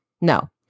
No